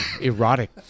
erotic